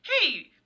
hey